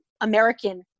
American